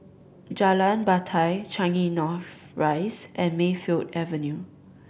Jalan Batai Changi North Rise and Mayfield Avenue